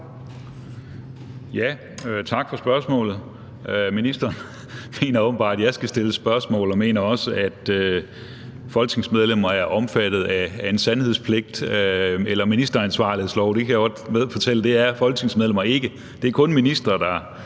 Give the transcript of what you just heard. Tak for spørgsmålet. Ministeren mener åbenbart, at jeg skal svare på spørgsmål, og mener også, at folketingsmedlemmer er omfattet af en ministeransvarlighedslov. Det kan jeg godt fortælle at folketingsmedlemmer ikke er. Det er kun ministre, der